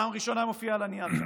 משהו שפעם ראשונה מופיע על הנייר.